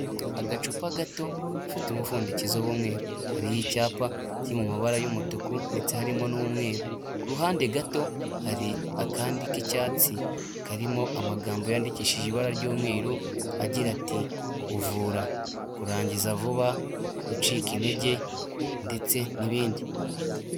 Agacupa gato gafite umupfundikizo w'ubumweru hari icyapa kiri mu mabara y'umutuku ndetse haririmo n'umweru, ku ruhande gato hari akandi k'icyatsi karimo amagambo yandikishije ibara ry'umweru agira ati uvura kurangiza vuba ucika intege ndetse n'ibindi.